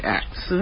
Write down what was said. acts